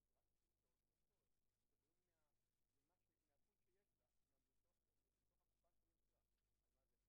בעצם מה שיעשו זה שבסוף החודש יחשבו כמה שעות היא נעדרה,